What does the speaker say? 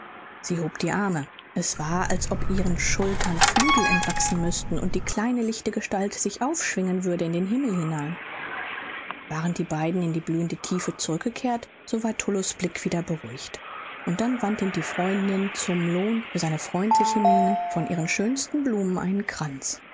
sie hob die arme es war als ob ihren schultern flügel entwachsen müßten und die kleine lichte gestalt sich aufschwingen würde in den himmel hinein waren die beiden in die blühende tiefe zurückgekehrt so war tullus blick wieder beruhigt dann wand ihm die freundin zum lohn für seine freundliche miene von ihren schönsten blumen einen kranz